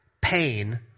Pain